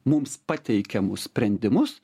mums pateikiamus sprendimus